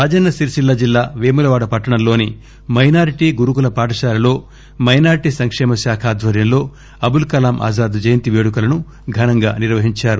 రాజన్న సిరిసిల్ల జిల్లా పేములవాడ పట్టణంలోని మైనార్టీ గురుకుల పాఠశాల లో మైనార్టీ సంక్షేమ శాఖ ఆధ్వర్యంలో అబుల్ కలాం ఆజాద్ జయంతి పేడుకలను ఘనంగా నిర్వహిందారు